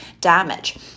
damage